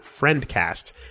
FriendCast